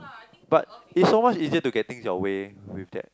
but is so much easier to get thing your way with that